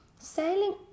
sailing